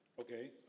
Okay